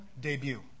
debut